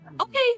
okay